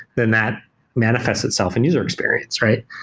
then that manifests itself in user experience, right?